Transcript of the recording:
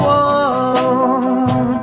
one